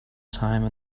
time